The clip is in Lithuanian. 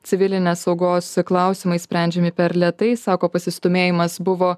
civilinės saugos klausimai sprendžiami per lėtai sako pasistūmėjimas buvo